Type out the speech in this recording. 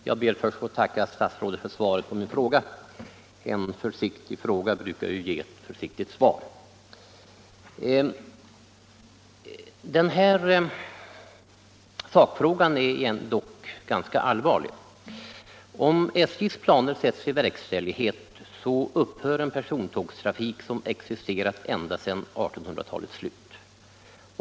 Herr talman! Jag ber att få tacka statsrådet för svaret på min fråga. En försiktig fråga brukar ju ge ett försiktigt svar. Men själva sakfrågan är ändå ganska allvarlig. Om SJ:s planer sätts i verkställighet, så upphör en persontågstrafik som har existerat ända sedan 1800-talets slut.